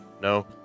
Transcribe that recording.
No